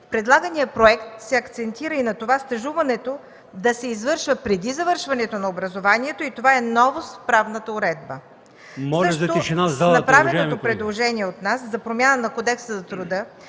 предлагания законопроект се акцентира стажуването да се извършва преди завършването на образованието. Това е новост в правната уредба. С направеното предложение от нас за промяна на Кодекса на труда